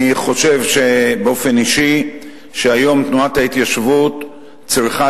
אני חושב באופן אישי שהיום תנועת ההתיישבות צריכה